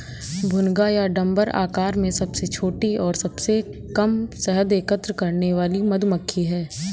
भुनगा या डम्भर आकार में सबसे छोटी और सबसे कम शहद एकत्र करने वाली मधुमक्खी है